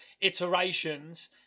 iterations